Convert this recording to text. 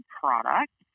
product